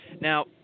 Now